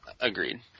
agreed